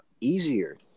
easier